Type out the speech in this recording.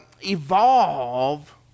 evolve